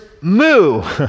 Moo